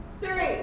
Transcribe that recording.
three